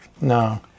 No